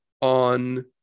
on